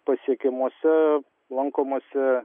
pasiekiamose lankomose